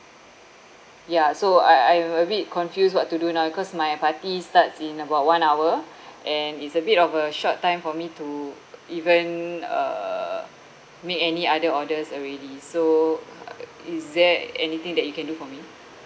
ya so I I'm a bit confused what to do now cause my party starts in about one hour and it's a bit of a short time for me to even uh make any other orders already so is there anything that you can do for me